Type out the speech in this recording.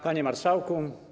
Panie Marszałku!